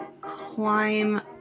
climb